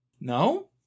No